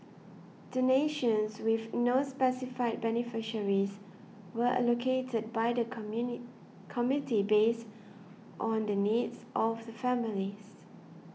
donations with no specified beneficiaries were allocated by the commune committee based on the needs of the families